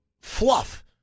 Fluff